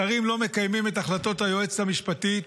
שרים לא מקיימים את החלטות היועצת המשפטית,